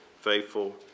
faithful